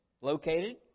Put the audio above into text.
located